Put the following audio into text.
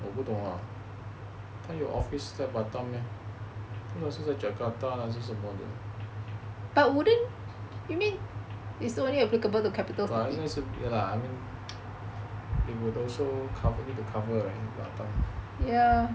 我不懂 lah 他有 office 在 batam I thought 实在 jakarta 还是什么的 ya lah I mean they would also company need to cover